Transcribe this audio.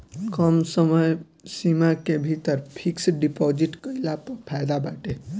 कम समय सीमा के भीतर फिक्स डिपाजिट कईला पअ फायदा बाटे